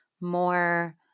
more